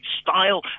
style